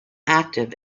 active